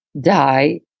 die